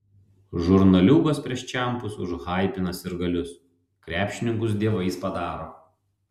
žurnaliūgos prieš čempus užhaipina sirgalius krepšininkus dievais padaro